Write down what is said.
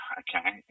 okay